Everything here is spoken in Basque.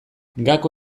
gako